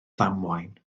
ddamwain